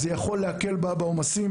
זה יכול להקל על העומסים.